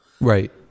Right